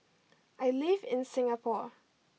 I live in Singapore